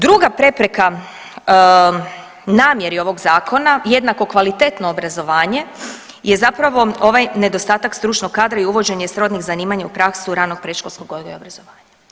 Druga prepreka namjeri ovog zakona, jednako kvalitetno obrazovanje je zapravo ovaj nedostatak stručnog kadra i uvođenje srodnih zanimanja u praksu ranog predškolskog odgoja i obrazovanja.